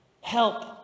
help